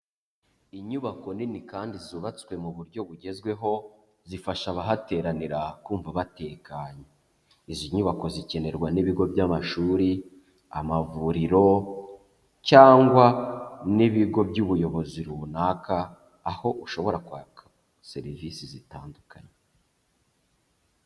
Inyubako nini kandi zubatswe mu buryo bugezweho, zifasha abahateranira kumva batekanye, izi nyubako zikenerwa n'ibigo by'amashuri, amavuriro cyangwa n'ibigo by'ubuyobozi runaka, aho ushobora kwaka serivisi zitandukanye.